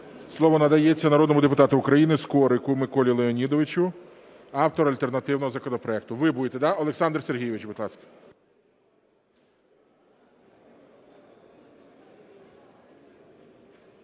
Слово надається народному депутату України Скорику Миколі Леонідовичу, автор альтернативного законопроекту. Ви будете, да? Олександр Сергійович, будь ласка.